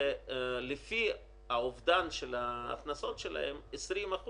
ולפי האובדן של ההכנסות שלהן, 20%,